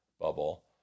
bubble